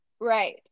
Right